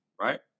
right